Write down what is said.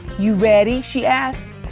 you ready? she asks.